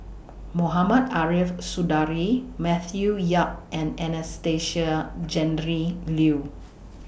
Mohamed Ariff Suradi Matthew Yap and Anastasia Tjendri Liew